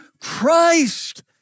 Christ